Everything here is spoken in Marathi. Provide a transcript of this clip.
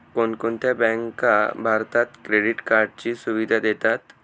कोणकोणत्या बँका भारतात क्रेडिट कार्डची सुविधा देतात?